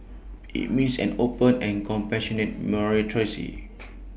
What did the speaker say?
IT means an open and compassionate